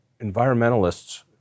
environmentalists